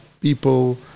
people